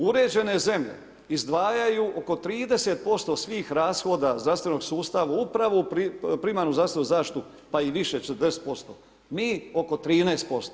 Uređene zemlje izdvajaju oko 30% svih rashoda zdravstvenog sustava upravo u primarnu zdravstvenu zaštitu pa i više 60%, mi oko 13%